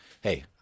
hey